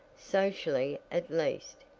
socially at least,